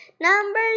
Number